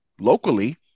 locally